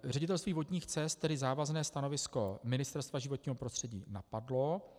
Ředitelství vodních cest tedy závazné stanovisko Ministerstva životního prostředí napadlo.